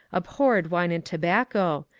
abhorred wine and tobacco,